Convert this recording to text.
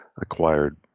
acquired